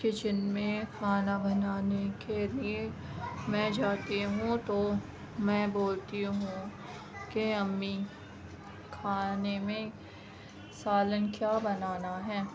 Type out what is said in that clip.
kitchen میں کھانا بنانے کے لیے میں جاتی ہوں تو میں بولتی ہوں کہ امّی کھانے میں سالن کیا بنانا ہے